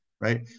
right